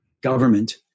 government